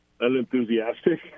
unenthusiastic